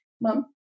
Mom